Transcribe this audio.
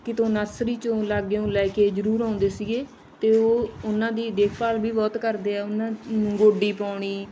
ਕਿਤੋਂ ਨਰਸਰੀ ਚੌਂ ਲਾਗਿਓਂ ਲੈ ਕੇ ਜ਼ਰੂਰ ਆਉਂਦੇ ਸੀਗੇ ਅਤੇ ਉਹ ਉਹਨਾਂ ਦੀ ਦੇਖਭਾਲ ਵੀ ਬਹੁਤ ਕਰਦੇ ਆ ਉਹਨਾਂ ਨੂੰ ਗੋਡੀ ਪਾਉਣੀ